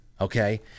okay